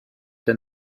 der